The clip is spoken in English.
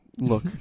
Look